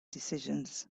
decisions